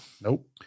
Nope